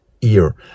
ear